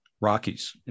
Rockies